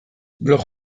blog